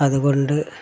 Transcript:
അതുകൊണ്ട്